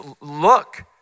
look